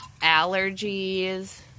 Allergies